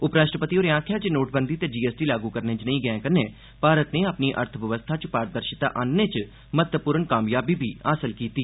उप राष्ट्रपति होरें आक्खेआ जे नोटबंदी ते जीएसटी लागू करने जनेही गैंही कन्नै भारत नै अपनी अर्थव्यवस्था च पारदर्शिता आनने च महत्वपूर्ण कामयाबी हासल कीती ऐ